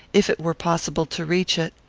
if it were possible to reach it.